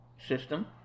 system